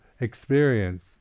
experience